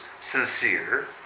sincere